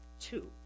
two